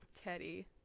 Teddy